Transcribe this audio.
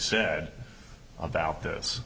said about this